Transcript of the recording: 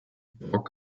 brok